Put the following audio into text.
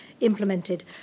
implemented